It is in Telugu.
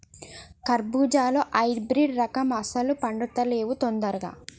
కర్బుజాలో హైబ్రిడ్ రకం అస్సలు పండుతలేవు దొందరగా